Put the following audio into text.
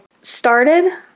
started